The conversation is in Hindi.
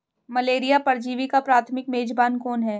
मलेरिया परजीवी का प्राथमिक मेजबान कौन है?